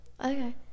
Okay